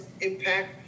impact